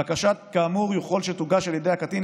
בקשה כאמור יכול שתוגש על ידי הקטין,